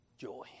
joy